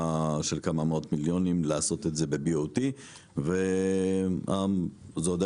של כמה מאות מיליונים לעשות את זה בבוט וזה היה